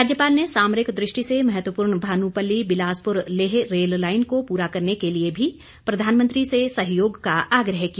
राज्यपाल ने सामरिक दृष्टि से महत्वपूर्ण भानूपल्ली बिलासपुर लेह रेल लाईन को पूरा करने के लिए भी प्रधानमंत्री से सहयोग का आग्रह किया